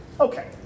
okay